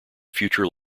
future